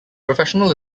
professional